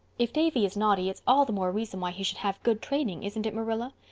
if davy is naughty it's all the more reason why he should have good training, isn't it, marilla?